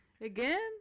Again